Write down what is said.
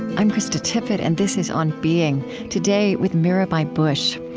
i'm krista tippett, and this is on being. today, with mirabai bush.